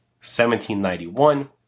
1791